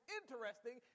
interesting